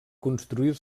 construir